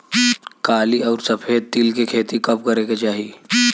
काली अउर सफेद तिल के खेती कब करे के चाही?